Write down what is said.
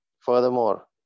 Furthermore